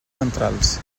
centrals